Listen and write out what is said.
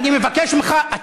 אני מבקש ממך לעזוב את האולם.